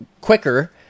quicker